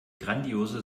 grandiose